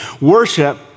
Worship